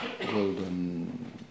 golden